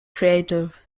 creative